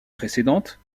précédente